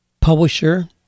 publisher